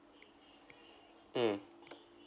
mm